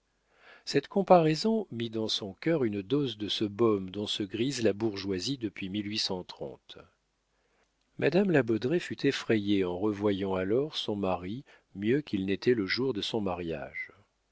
cette comparaison mit dans son cœur une dose de ce baume dont se grise la bourgeoisie depuis mme la baudraye fut effrayée en revoyant alors son mari mieux qu'il n'était le jour de son mariage